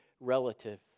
relative